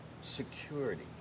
security